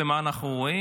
ומה אנחנו רואים?